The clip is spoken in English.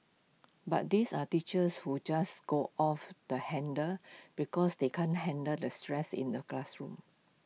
but these are teachers who just go off the handle because they can't handle the stress in the classroom